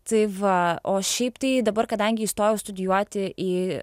tai va o šiaip tai dabar kadangi įstojau studijuoti į